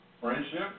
friendship